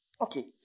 Okay